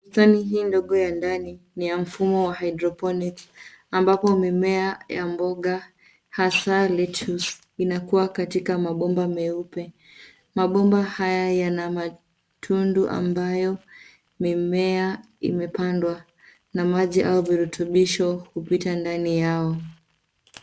Mezani hii ndogo ya ndani ni ya mfumo wa hydroponics ambapo mimea ya mboga hasa lettuce inakuwa katika mabomba meupe. mabomba haya yana matundu ambayo mimea imepandwa na mimea na virutubisho hupita ndani yao.